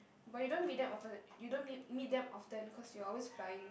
but you don't meet them often you don't meet meet them often cause you're always flying